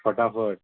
फटाफट